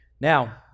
Now